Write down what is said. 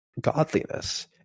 godliness